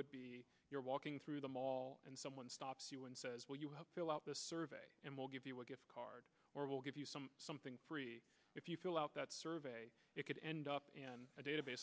would be you're walking through the mall and someone stops you and says will you help fill out this survey and we'll give you a gift card or we'll give you some something if you fill out that survey it could end up